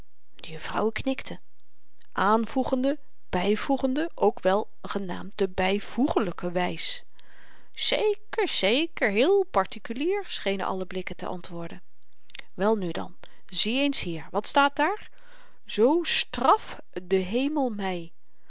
de juffrouwen knikten aanvoegende byvoegende ook wel genaamd de byvoegelyke wys zeker zeker heel partikulier schenen alle blikken te antwoorden welnu dan zie eens hier wat staat daar zoo straff de hemel my